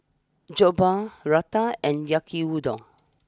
Jokbal Raita and Yaki Udon